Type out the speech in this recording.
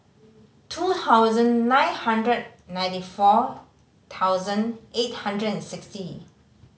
two thousand nine hundred ninety four thousand eight hundred and sixty